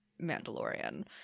Mandalorian